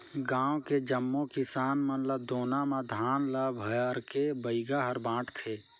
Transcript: गांव के जम्मो किसान मन ल दोना म धान ल भरके बइगा हर बांटथे